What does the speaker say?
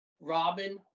Robin